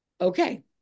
okay